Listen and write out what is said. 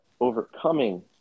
overcoming